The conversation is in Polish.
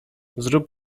zrób